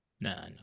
No